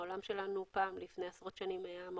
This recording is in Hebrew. העולם שלנו פעם היה מאוד פשוט,